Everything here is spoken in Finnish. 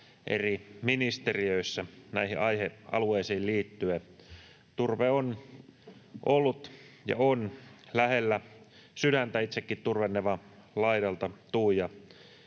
eri ministeriöissä näihin aihealueisiin liittyen. Turve on ollut ja on lähellä sydäntä. Itsekin turvenevan laidalta tulen